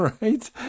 right